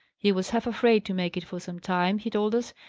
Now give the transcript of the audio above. he was half afraid to make it for some time, he told us,